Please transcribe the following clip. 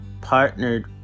partnered